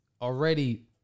already